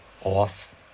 off